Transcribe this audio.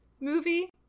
movie